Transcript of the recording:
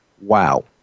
Wow